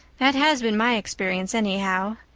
that has been my experience anyhow.